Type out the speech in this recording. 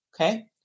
okay